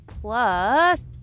plus